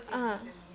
mm